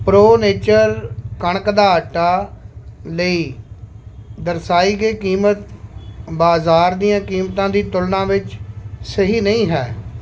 pro nature ਕਣਕ ਦਾ ਆਟਾ ਲਈ ਦਰਸਾਈ ਗਈ ਕੀਮਤ ਬਾਜ਼ਾਰ ਦੀਆਂ ਕੀਮਤਾਂ ਦੀ ਤੁਲਨਾ ਵਿੱਚ ਸਹੀ ਨਹੀਂ ਹੈ